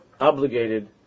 obligated